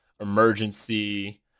Emergency